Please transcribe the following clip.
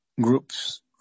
Groups